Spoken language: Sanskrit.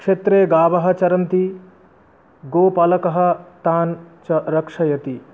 क्षेत्रे गावः चरन्ति गोपालकः तान् च रक्षति